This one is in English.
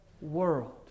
world